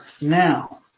Now